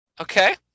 Okay